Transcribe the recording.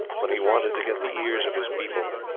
when he wanted to get the ears of his people,